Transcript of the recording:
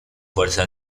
fuerza